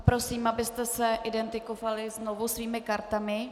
Prosím, abyste se identifikovali znovu svými kartami.